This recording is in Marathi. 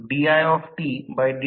Refer Slide Time 2